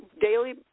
daily